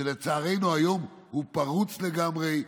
שלצערנו היום הוא פרוץ לגמרי,